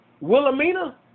Wilhelmina